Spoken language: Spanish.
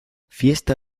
fiesta